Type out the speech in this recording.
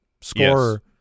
scorer